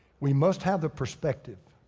we must have the perspective